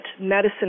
medicine